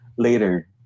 later